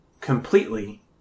completely